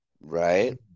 Right